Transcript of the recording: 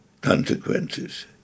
consequences